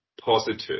positive